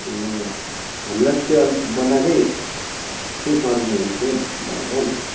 ए हामीलाई त त्यो अलिक बनाएकै चाहिँ सजिलो हुन्थ्यो भनेर नि